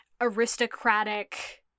aristocratic